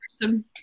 person